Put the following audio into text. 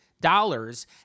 dollars